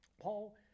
Paul